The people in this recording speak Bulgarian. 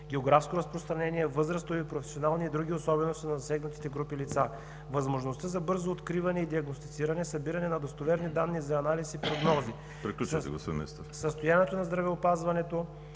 географско разпространение, възрастови, професионални и други особености на засегнатите групи лица, възможността за бързо откриване и диагностициране, събиране на достоверни данни за анализ и прогнози… ПРЕДСЕДАТЕЛ ВАЛЕРИ